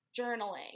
journaling